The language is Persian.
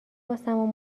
واسمون